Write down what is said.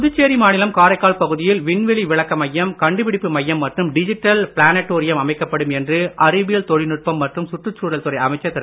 புதுச்சேரி மாநிலம் காரைக்கால் பகுதியில் விண்வெளி விளக்க மையம் கண்டுபிடிப்பு மையம் மற்றும் டிஜிட்டல் பிளானட்டோரியம் அமைக்கப்படும் என்று அறிவியல் தொழில்நுட்பம் மற்றும் சுற்றுச்சூழல் துறை அமைச்சர் திரு